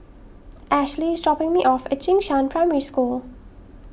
Ashely is dropping me off at Jing Shan Primary School